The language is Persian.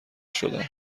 شدند